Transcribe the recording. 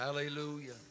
hallelujah